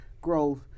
growth